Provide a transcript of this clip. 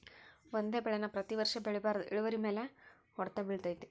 ಒಂದೇ ಬೆಳೆ ನಾ ಪ್ರತಿ ವರ್ಷ ಬೆಳಿಬಾರ್ದ ಇಳುವರಿಮ್ಯಾಲ ಹೊಡ್ತ ಬಿಳತೈತಿ